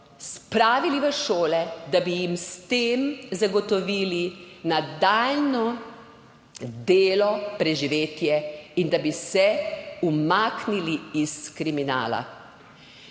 spravili v šole, da bi jim s tem zagotovili nadaljnje delo, preživetje in da bi se umaknili iz kriminala.